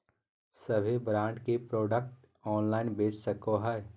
सभे ब्रांड के product online बेच सको हइ